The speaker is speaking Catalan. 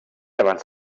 abans